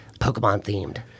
Pokemon-themed